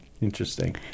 Interesting